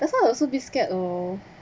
that's why I also a bit scared lor